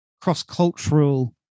cross-cultural